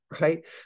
right